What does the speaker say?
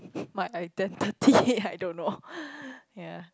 my identity I don't know ya